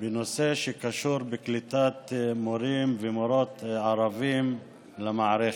בנושא שקשור בקליטת מורים ומורות ערבים למערכת.